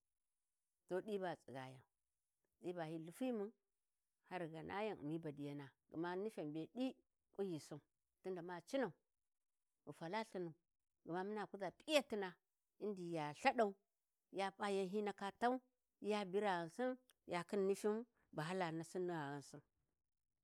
To ɗi ba ghi tsigayan ɗi ba hyi lhifimun har ghi ghanayan ghi u'mi badiyana gma nufyen be ɗi kunyisin tin da ma cinau ghi faka Ithinu gma muna kuza p'iyatina in di ghi ya lthaɗau ya pa yan hyi ndaka tau ya bira ghansin ya khin nifin bu hala nasin ni gha ghansin.